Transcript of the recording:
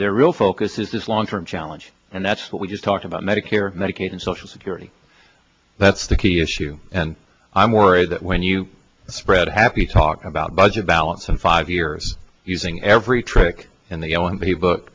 their real focus is this long term challenge and that's what we just talked about medicare medicaid and social security that's the key issue and i'm worried that when you spread happy talk about budget balance in five years using every trick in the o m b book